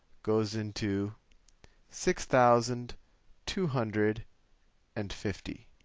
goes into six thousand two hundred and fifty.